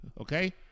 okay